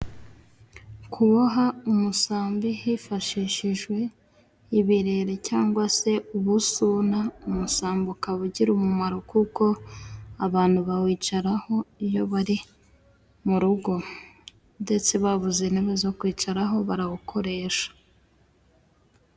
Kuboha umusambi hifashishijwe ibirere cyangwa se ubusuna, umusambi ukaba ugira umumaro kuko abantu bawicaraho iyo bari mu rugo, ndetse babuze intebe zo kwicaraho barawukoresha.